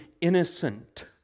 innocent